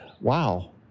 wow